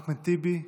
חבר הכנסת אחמד טיבי,